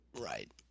right